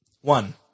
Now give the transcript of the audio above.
One